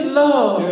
love